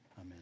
Amen